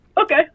Okay